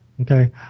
Okay